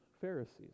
Pharisees